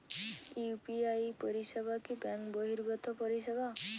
UPI পরিসেবা কি bank বর্হিভুত পরিসেবা?